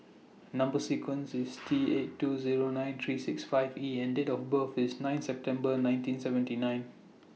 Number sequence IS T eight two Zero nine three six five E and Date of birth IS nine September nineteen seventy nine